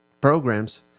programs